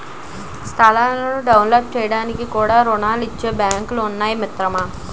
స్థలాలను డెవలప్ చేయడానికి కూడా రుణాలిచ్చే బాంకులు ఉన్నాయి మిత్రమా